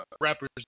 rappers